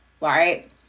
right